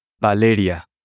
Valeria